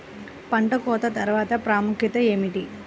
పంట కోత తర్వాత ప్రాముఖ్యత ఏమిటీ?